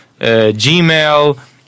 Gmail